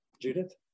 Judith